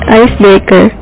icebreaker